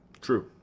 true